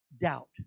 Doubt